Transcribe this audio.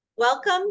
Welcome